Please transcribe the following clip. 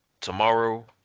tomorrow